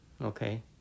Okay